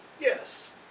Yes